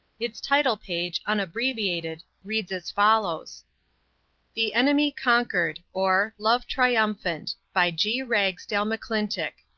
its title-page, unabbreviated, reads as follows the enemy conquered or, love triumphant. by g. ragsdale mcclintock,